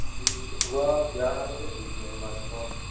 جی صبح گیارہ بجے کھلتے ہیں ہماری شاپ